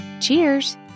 Cheers